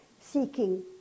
seeking